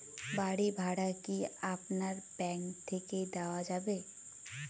বাড়ী ভাড়া কি আপনার ব্যাঙ্ক থেকে দেওয়া যাবে?